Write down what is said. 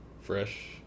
fresh